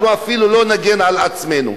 אנחנו אפילו לא נגן על עצמנו?